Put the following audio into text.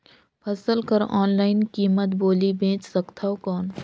फसल कर ऑनलाइन कीमत बोली बेच सकथव कौन?